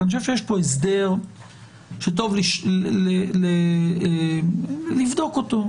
כי אני חושב שיש פה הסדר שטוב לבדוק אותו.